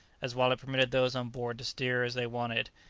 as while it permitted those on board to steer as they wanted,